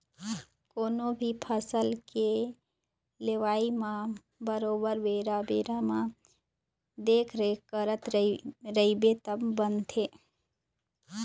कोनो भी फसल के लेवई म बरोबर बेरा बेरा म देखरेख करत रहिबे तब बनथे